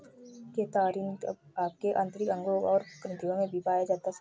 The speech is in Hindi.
केरातिन आपके आंतरिक अंगों और ग्रंथियों में भी पाया जा सकता है